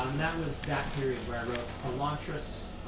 um that was that period where i wrote elantris,